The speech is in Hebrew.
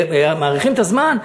שמאריכים את הזמן.